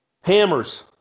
Hammers